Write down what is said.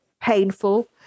painful